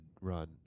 run